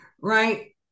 right